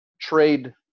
trade